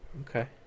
Okay